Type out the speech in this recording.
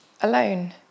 alone